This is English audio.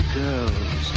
girls